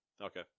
okay